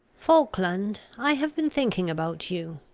falkland, i have been thinking about you.